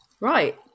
Right